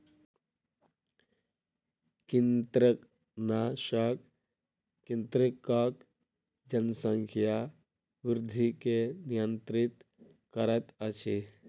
कृंतकनाशक कृंतकक जनसंख्या वृद्धि के नियंत्रित करैत अछि